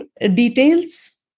details